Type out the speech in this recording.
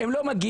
הם לא מגיעים.